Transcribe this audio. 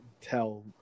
tell